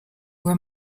were